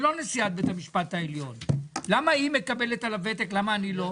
למה נשיאת בית המשפט העליון מקבלת על הוותק ואני לא?